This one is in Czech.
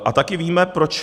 A taky víme proč.